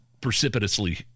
precipitously